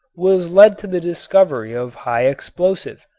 was led to the discovery of high explosive,